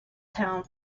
town